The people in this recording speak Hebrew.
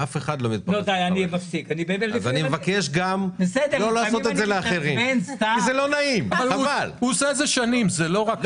במבחני התמיכה אתם תראו מבחני תמיכה שונים,